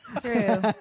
True